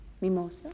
mimosa